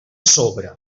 sobre